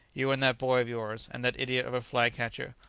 you and that boy of yours, and that idiot of a fly-catcher,